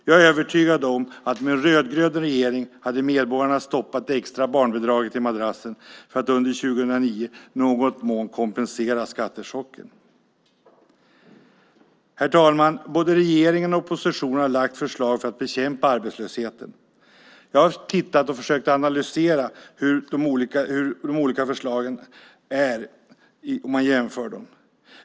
Jag är övertygad om att med en rödgrön regering hade medborgarna stoppat det extra barnbidraget i madrassen för att under 2009 i någon mån kompensera skattechocken. Herr talman! Både regeringen och oppositionen har lagt fram förslag för att bekämpa arbetslösheten. Jag har försökt analysera hur de olika förslagen är om man jämför dem.